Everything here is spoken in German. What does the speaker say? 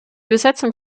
besetzung